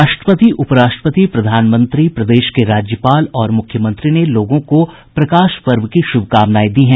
राष्ट्रपति उप राष्ट्रपति प्रधानमंत्री प्रदेश के राज्यपाल और मुख्यमंत्री ने लोगों को प्रकाश पर्व की शुभकामनाएं दी हैं